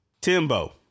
Timbo